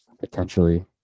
Potentially